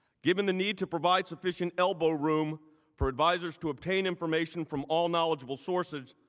given the need to provide sufficient elbowroom for advisors to obtain information from all knowledgeable sources.